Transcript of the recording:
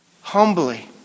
humbly